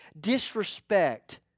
disrespect